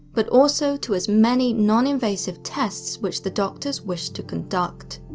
but also to as many non-invasive tests which the doctors wished to conduct.